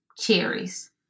cherries